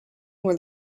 where